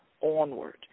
onward